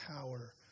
power